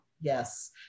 yes